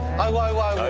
my wife.